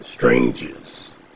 Strangers